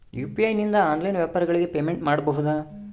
UPI ನಿಂದ online ವ್ಯಾಪಾರಗಳಿಗೆ payment ಮಾಡಬಹುದಾ?